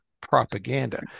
propaganda